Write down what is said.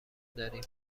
داریم